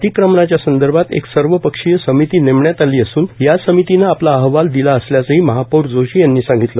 अतिक्रमणाच्या संदर्भात एक सर्वपक्षीय समिती बेमण्यात आली असून या समितीनं आपला अहवाल दिला असल्याचंठी महापौर जोशी यांनी सांगितलं